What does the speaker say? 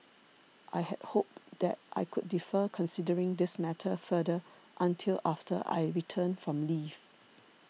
I had hoped that I could defer considering this matter further until after I return from leave